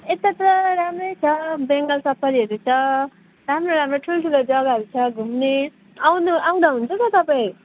यता त राम्रै छ बेङ्गाल सफारीहरू छ राम्रो राम्रो ठुल्ठुलो जग्गाहरू छ घुम्ने आउनु आउँदा हुन्छ त तपाईँ